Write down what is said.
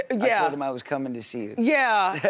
ah yeah but him i was coming to see you. yeah,